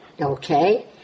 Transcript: Okay